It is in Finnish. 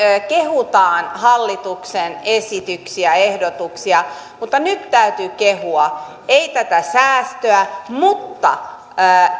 kehutaan hallituksen esityksiä ja ehdotuksia mutta nyt täytyy kehua ei tätä säästöä mutta